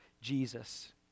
Jesus